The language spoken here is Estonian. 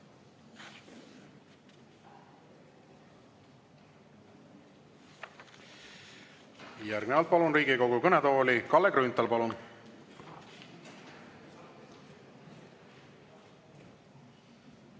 Järgnevalt palun Riigikogu kõnetooli Kalle Grünthali! Palun!